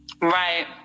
Right